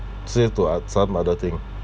say to uh some other thing